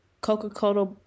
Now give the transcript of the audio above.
coca-cola